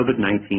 COVID-19